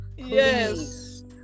Yes